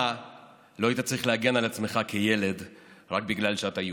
אתה לא היית צריך להגן על עצמך כילד רק בגלל שאתה יהודי,